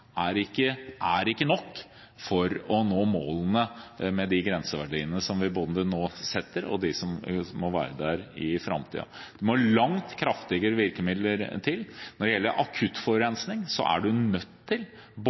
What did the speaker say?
tiltakene ikke er nok for å nå målene, verken med de grenseverdiene som vi setter nå, eller med dem som må være der i framtiden. Det må langt kraftigere virkemidler til. Når det gjelder akutt forurensning, er man nødt til